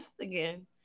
again